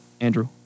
Andrew